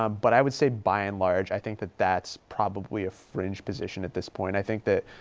um but i would say by and large, i think that that's probably a fringe position at this point. i think that